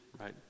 right